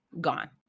gone